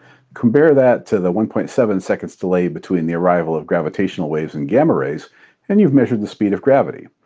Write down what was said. compare that to the one point seven seconds delay between the arrival of gravitational waves and gamma rays and you've measured the speed of gravity.